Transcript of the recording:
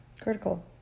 Critical